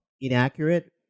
inaccurate